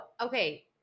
okay